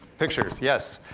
pictures, yes.